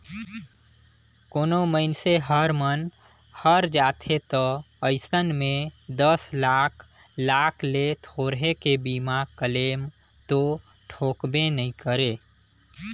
कोनो मइनसे हर मन हर जाथे त अइसन में दस लाख लाख ले थोरहें के बीमा क्लेम तो ठोकबे नई करे